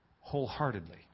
wholeheartedly